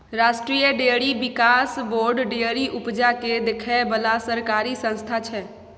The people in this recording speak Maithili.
राष्ट्रीय डेयरी बिकास बोर्ड डेयरी उपजा केँ देखै बला सरकारी संस्था छै